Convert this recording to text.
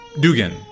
Dugan